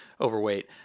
overweight